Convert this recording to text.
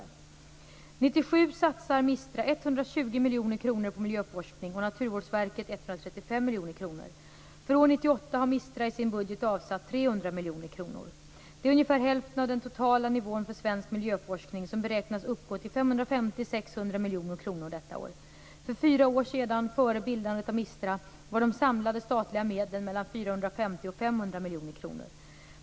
År 1997 satsar MISTRA 120 miljoner kronor på miljöforskning och Naturvårdsverket 135 miljoner kronor. För år 1998 har MISTRA i sin budget avsatt 300 miljoner kronor. Det är ungefär hälften av den totala nivån för svensk miljöforskning, som beräknas uppgå till 550-600 miljoner kronor detta år. För fyra år sedan, före bildandet av MISTRA, var de samlade statliga medlen mellan 450 och 500 miljoner kronor.